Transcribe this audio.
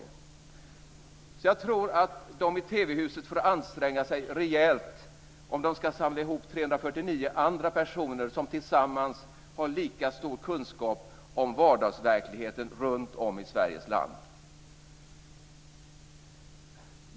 Så jag tror att de i TV-huset får anstränga sig rejält om de ska samla ihop 349 andra personer som tillsammans har lika stor kunskap om vardagsverkligheten runtom i Sveriges land.